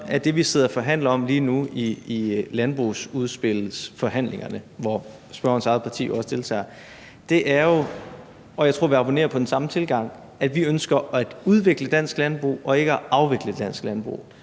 og forhandler om lige nu i landbrugsudspilsforhandlingerne – hvor spørgerens eget parti også deltager, og jeg tror, vi abonnerer på den samme tilgang – at vi ønsker at udvikle dansk landbrug, ikke at afvikle dansk landbrug.